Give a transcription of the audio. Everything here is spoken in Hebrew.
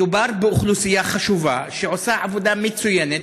מדובר באוכלוסייה חשובה שעושה עבודה מצוינת.